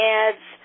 ads